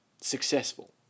successful